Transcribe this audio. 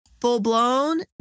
Full-blown